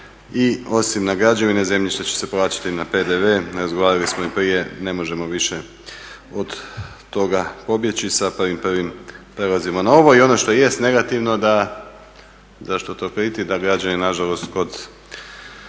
i osim na građevine i zemljišta će se plaćati na PDV. Razgovarali smo i prije ne možemo više od toga pobjeći sa 1.1. prelazimo na ovo. I ono što jest negativno da zašto to kriti da građani nažalost kod